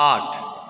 आठ